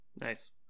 Nice